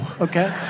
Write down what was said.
okay